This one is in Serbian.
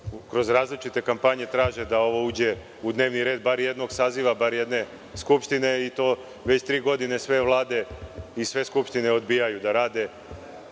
kroz različite kampanje traže da ovo uđe u dnevni red bar jednog saziva, bar jedne Skupštine i već tri godine sve vlade i sve skupštine odbijaju to da rade.